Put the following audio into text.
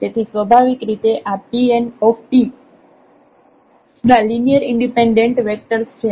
તેથી સ્વાભાવિક રીતે આ Pnt ના લિનિયરલી ઈન્ડિપેન્ડેન્ટ વેક્ટર્સ છે